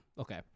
okay